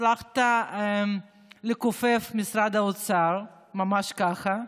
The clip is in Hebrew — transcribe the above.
הצלחת לכופף את משרד האוצר, ממש ככה,